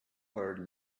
heard